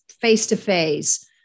face-to-face